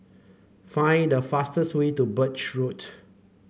find the fastest way to Birch Road